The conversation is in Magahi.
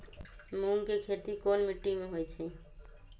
मूँग के खेती कौन मीटी मे होईछ?